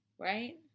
right